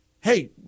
Hey